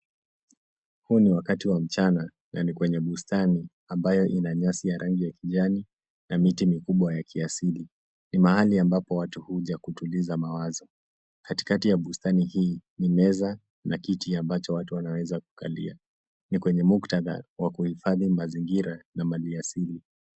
Huu ni wakati wa mchana na ni kwenye bustani ambayo ina nyasi ya rangi ya kijani na miti mikubwa ya kiasili .Ni mahali ambapo watu hukuja kutuliza mawazo. Katikati ya bustani hii ni meza na kiti ambayo watu wanaweza kuja kukalia. Ni kwenye muktadha wa kuhifadhi mazingira na mali asili.